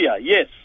yes